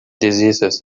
diseases